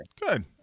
Good